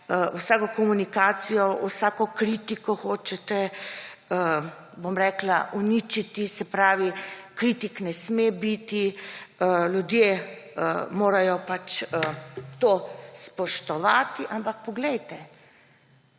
vsako komunikacijo, vsako kritiko hočete uničiti; se pravi, kritik ne sme biti. Ljudje morajo to spoštovati, ampak poglejte,